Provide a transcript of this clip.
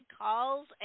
calls